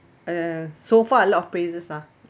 uh so far a lot of praises lah